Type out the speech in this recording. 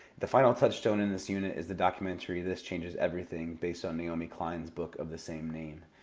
the final touchstone in this unit is the documentary this changes everything, based on naomi klein's book of the same name.